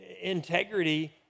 integrity